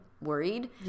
worried